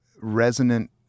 resonant